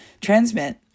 transmit